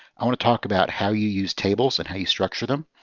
i want to talk about how you use tables and how you structure them.